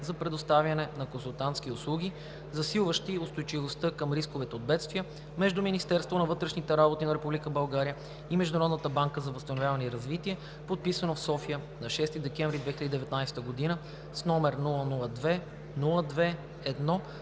за предоставяне на консултантски услуги, засилващи устойчивостта към рискове от бедствия, между Министерството на вътрешните работи на Република България и Международната банка за възстановяване и развитие, подписано в София на 6 декември 2019 г., № 002-02-1,